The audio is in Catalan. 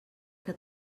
que